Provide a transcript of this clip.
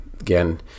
Again